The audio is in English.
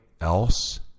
else